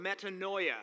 metanoia